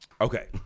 Okay